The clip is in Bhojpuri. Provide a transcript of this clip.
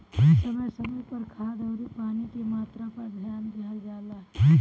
समय समय पर खाद अउरी पानी के मात्रा पर ध्यान देहल जला